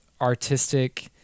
artistic